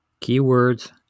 Keywords